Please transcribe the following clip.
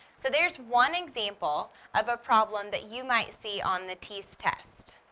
so there is one example of a problem that you might see on the teas test.